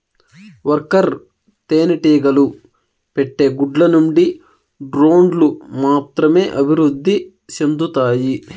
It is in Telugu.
వర్కర్ తేనెటీగలు పెట్టే గుడ్ల నుండి డ్రోన్లు మాత్రమే అభివృద్ధి సెందుతాయి